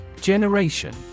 Generation